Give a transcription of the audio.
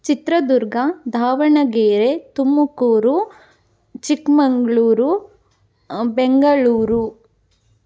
Chitradurga Davanagere Tumakuru Chikmagalur Bengaluru